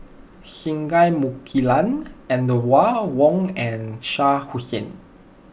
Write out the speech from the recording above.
Singai Mukilan and Wong and Shah Hussain